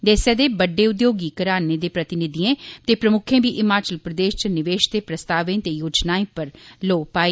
देसै दे बड्डे उद्योगी घराने दे गतिविधिएं ते प्रमुक्खें बी हिमरचल प्रदेश च निवेश दे प्रस्तावें ते योजनाएं पर लेह् पाई